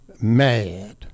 mad